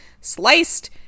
sliced